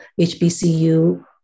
HBCU